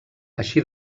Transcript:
així